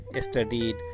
studied